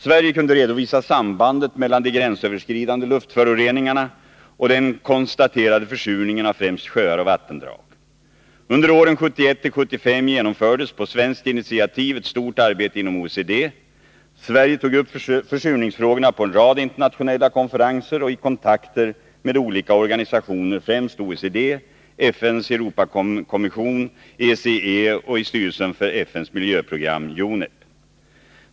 Sverige kunde redovisa sambandet mellan de gränsöverskridande luftföroreningarna och den konstaterade försurningen av främst sjöar och vattendrag. Under åren 1971 till 1975 genomfördes på svenskt initiativ ett stort arbete inom OECD. Sverige tog upp försurningsfrågorna på en rad internationella konferenser och i kontakter med olika organisationer, främst OECD, ECE och styrelsen för FN:s miljöprogram UNEP.